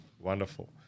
Wonderful